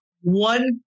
One